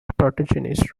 protagonist